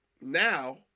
Now